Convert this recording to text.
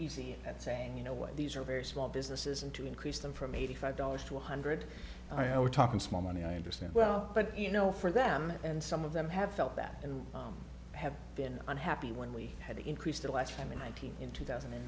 easy at saying you know what these are very small businesses and to increase them from eighty five dollars to one hundred i was talking small money i understand well but you know for them and some of them have felt that and have been unhappy when we had to increase the last time in nineteen in two thousand and